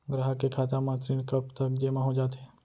ग्राहक के खाता म ऋण कब तक जेमा हो जाथे?